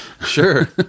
Sure